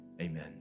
Amen